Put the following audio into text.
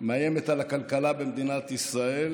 ומאיימת על הכלכלה במדינת ישראל.